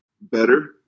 better